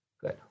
Good